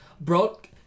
Broke